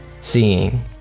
seeing